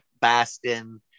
Bastin